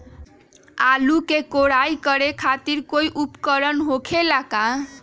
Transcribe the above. आलू के कोराई करे खातिर कोई उपकरण हो खेला का?